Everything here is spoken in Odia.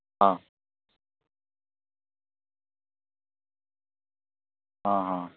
ହଁ ହଁ